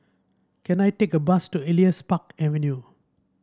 can I take a bus to Elias Park Avenue